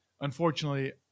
unfortunately